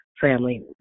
family